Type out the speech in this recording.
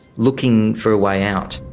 looking for a way out.